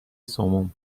سموم